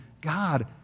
God